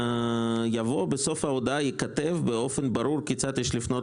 יבוא "בסוף ההודעה ייכתב באופן ברור כיצד יש לפנות